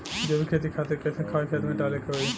जैविक खेती खातिर कैसन खाद खेत मे डाले के होई?